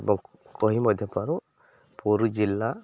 ଏବଂ କହି ମଧ୍ୟ ପାରୁ ପୁରୀ ଜିଲ୍ଲା